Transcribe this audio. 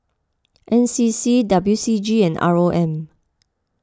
N C C W C G and R O M